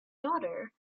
daughter